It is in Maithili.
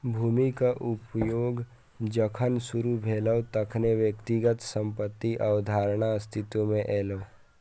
भूमिक उपयोग जखन शुरू भेलै, तखने व्यक्तिगत संपत्तिक अवधारणा अस्तित्व मे एलै